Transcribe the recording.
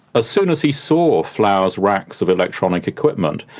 ah soon as he saw flowers' racks of electronic equipment,